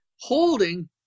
holding